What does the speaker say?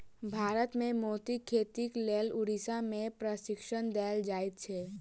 भारत मे मोतीक खेतीक लेल उड़ीसा मे प्रशिक्षण देल जाइत छै